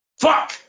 Fuck